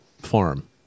farm